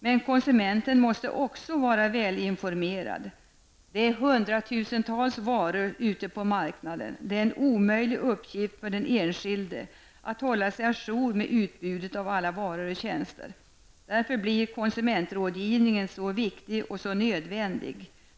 Men konsumenten måste också vara välinformerad. Det är hundratusentals varor ute på marknaden och det är en omöjlig uppgift för den enskilde att hålla sig à jour med utbudet av alla varor och tjänster. Därför blir konsumentrådgivningen så viktig och så nödvändig.